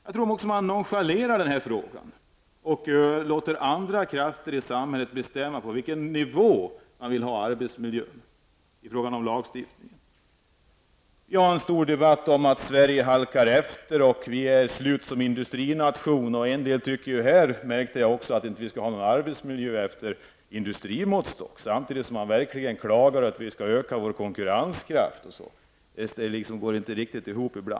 Jag tror också att man nonchalerar den här frågan och låter andra krafter i samhället bestämma på vilken nivå man vill ha arbetsmiljön när det gäller lagstiftningen. Vi har en stor debatt om att Sverige halkar efter och att Sverige är slut som industrination. En del tycker här, vilket jag kunde märka, att vi inte skall ha någon arbetsmiljö efter industrimåttstock, samtidigt som man hävdar att vi skall öka vår konkurrenskraft. Dessa argument går inte riktigt ihop.